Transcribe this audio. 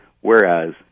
Whereas